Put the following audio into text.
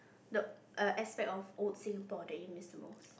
the err aspect of old Singapore that you miss the most